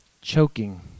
choking